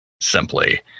simply